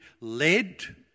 led